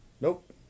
Nope